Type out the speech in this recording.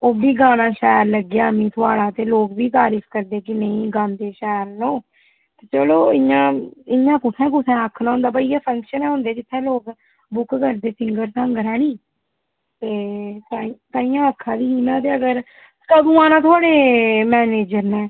ओह् बी गाना शैल लग्गेआ हा मी थुआढ़ा ते लोक बी तारीफ करदे कि नेईं गांदे शैल न ओह् चलो इ'यां इ'यां कुत्थै कुसै आखना होंदा भाई इ'यै फंक्शन गै होंदे जित्थै लोक बुक करदे सिंगर सांह्गर ऐह्नीं ते ताई ताहियें आक्खा दी ही में ते अगर कदूं आना थुआढ़े मैनेजर नै